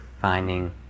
finding